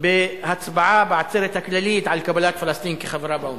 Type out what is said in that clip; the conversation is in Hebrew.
בהצבעה בעצרת הכללית על קבלת פלסטין כחברה באו"ם,